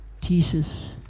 Jesus